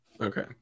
Okay